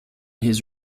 his